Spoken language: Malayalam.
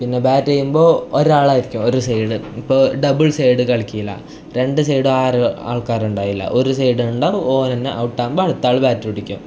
പിന്നെ ബാറ്റ് ചെയ്യുമ്പോൾ ഒരാളായിരിക്കും ഒരു സൈഡ് ഇപ്പോൾ ഡബിൾ സൈഡ് കളിക്കില്ല രണ്ട് സൈഡും ആരോ ആൾക്കാർ ഉണ്ടാവില്ല ഒരു സൈഡ് ഉണ്ടാവുക ഓരന്നെ ഔട്ട് ആവുമ്പോൾ അടുത്ത ആൾ ബാറ്റ് പിടിക്കും